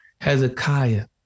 Hezekiah